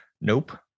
Nope